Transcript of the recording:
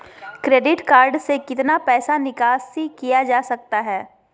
Credit card से कितना पैसा निकासी किया जा सकता है?